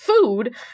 food